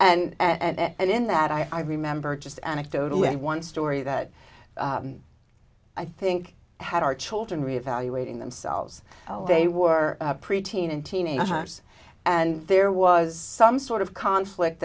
and in that i remember just anecdotally one story that i think had our children reevaluating themselves they were pre teen and teenagers and there was some sort of conflict